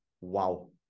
Wow